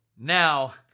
Now